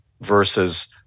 versus